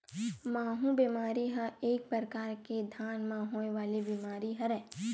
माहूँ बेमारी ह एक परकार ले धान म होय वाले बीमारी हरय